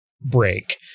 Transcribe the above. Break